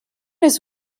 his